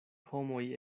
homoj